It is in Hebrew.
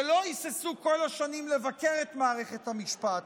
שלא היססו כל השנים לבקר את מערכת המשפט,